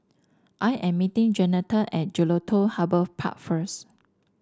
I am meeting Jeanetta at Jelutung Harbour Park first